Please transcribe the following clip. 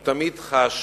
הוא תמיד חש,